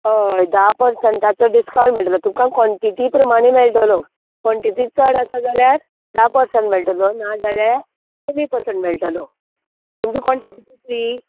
हय धा पर्संटाचो डिस्कांवट मेळटलो तुमका कोंटिटी प्रमाणे मेळटलो कोंटिटी चड आसा जाल्यार धा पर्संट मेळटलो ना जाल्यार कमी पर्संट मेळटलो तुमची कोंटिटी कितली